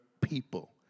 people